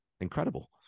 Incredible